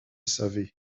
savez